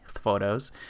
Photos